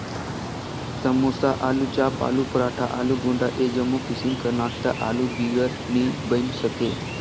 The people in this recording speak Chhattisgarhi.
समोसा, आलूचाप, आलू पराठा, आलू गुंडा ए जम्मो किसिम कर नास्ता आलू बिगर नी बइन सके